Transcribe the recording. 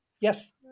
yes